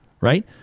right